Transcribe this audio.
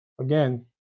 Again